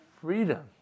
freedom